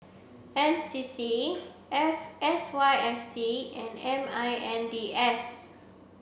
N C C F S Y F C and M I N D S